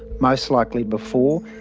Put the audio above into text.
most likely before.